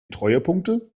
treuepunkte